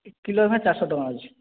kilo ଭାଇ ଚାରି ଶହ ଟଙ୍କା ଅଛି